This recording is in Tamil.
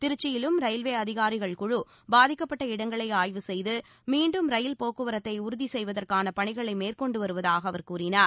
திருச்சியிலும் ரயில்வே அதிகாரிகள் குழு பாதிக்கப்பட்ட இடங்களை ஆய்வு செய்து மீண்டும் ரயில் போக்குவரத்தை உறுதி செய்வதற்கான பணிகளை மேற்கொண்டு வருவதாக அவர் கூறினார்